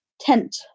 tent